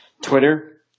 twitter